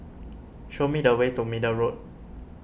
show me the way to Middle Road